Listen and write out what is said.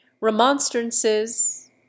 Remonstrances